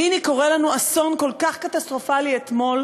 והנה, קורה לנו אסון כל כך קטסטרופלי אתמול,